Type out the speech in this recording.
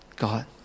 God